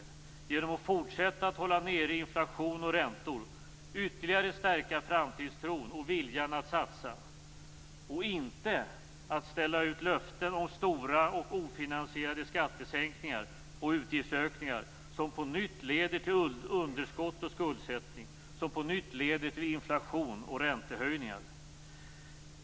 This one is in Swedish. Jo, genom att fortsätta att hålla nere inflation och räntor, ytterligare stärka framtidstron och viljan att satsa och inte ställa ut löften om stora och ofinansierade skattesänkningar och utgiftsökningar som på nytt leder till underskott och skuldsättning, som på nytt leder till inflation och räntehöjningar.